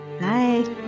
Bye